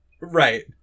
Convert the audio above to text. Right